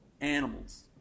animals